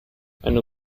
eine